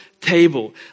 table